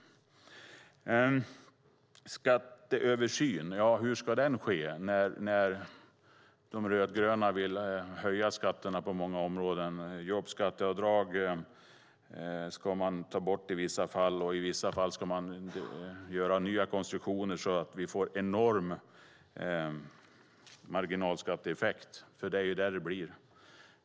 Hur ska skatteöversynen ske när de rödgröna vill höja skatterna på många områden? Jobbskatteavdragen ska man ta bort i vissa fall, och i vissa fall ska man göra nya konstruktioner, så att vi får en enorm marginalskatteeffekt.